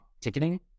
ticketing